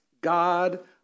God